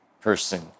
person